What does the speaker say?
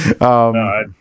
No